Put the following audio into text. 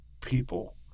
people